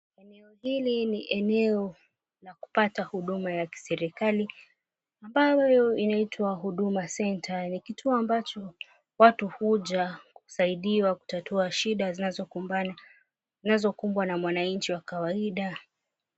Eneo hili ni eneo la kupata huduma ya kiserikali ambayo inaitwa, Huduma Centre. Ni kituo ambacho watu huja kusaidiwa kutatua shida zinazokumbwa na mwananchi wa kawaida.